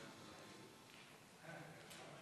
אדוני היושב-ראש, חברי